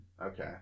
Okay